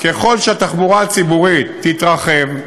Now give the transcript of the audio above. ככל שהתחבורה הציבורית תתרחב,